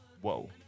Whoa